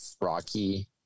Rocky